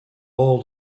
all